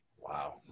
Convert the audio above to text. Wow